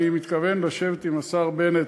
אני מתכוון לשבת עם השר בנט,